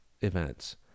events